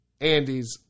Andy's